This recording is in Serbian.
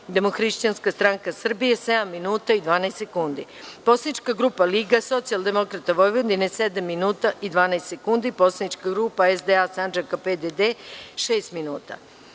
Demohrišćanska stranka Srbije – 7 minuta i 12 sekundi; Poslanička grupa Liga socijaldemokrata Vojvodine – 7 minuta i 12 sekundi; Poslanička grupa SDA SANDžAKA – PDD – 6